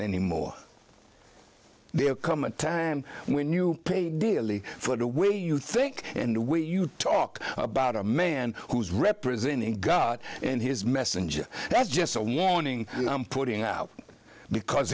anymore there come a time when you pay dearly for the way you think and the way you talk about a man who's representing god and his messenger that's just a warning and i'm putting out because